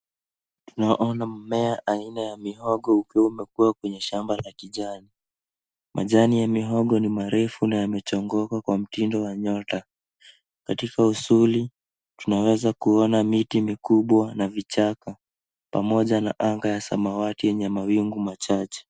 Tunaona mmea aina ya mihogo ukiwa umekua kwenye shamba la kijani. Majani ya mihogo ni marefu na yamechongoka kwa mtindo wa nyota katika usuli tunaweza kuona miti mikubwa na vichaka pamoja na anga ya samawati yenye mawingu machache.